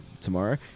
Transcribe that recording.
tomorrow